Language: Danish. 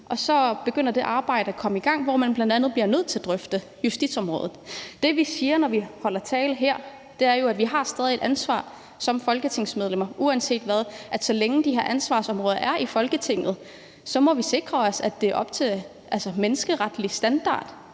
så begynder det arbejde at komme i gang, hvor man bl.a. bliver nødt til at drøfte justitsområdet. Det, vi siger, når vi holder tale her, er jo, at vi, uanset hvad, stadig har et ansvar som folketingsmedlemmer for at sikre os, at så længe de her ansvarsområder er i Folketinget, lever de op til menneskeretlige standarder,